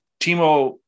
Timo